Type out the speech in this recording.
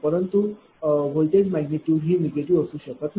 परंतु voltage magnitude ही negative असू शकत नाही